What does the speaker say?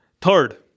Third